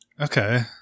Okay